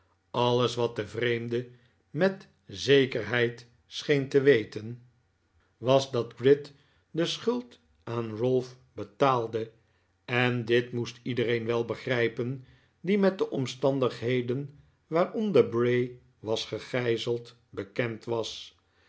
alles wat de vreemde met zekerheid scheen te weten nikolaas nickleby was dat gride de schuld aan ralph betaalde en dit moest iedereen wel begrijpen die met de omstandigheden waaronder bray was gegijzeld bekend was